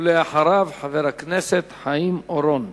ואחריו, חבר הכנסת חיים אורון.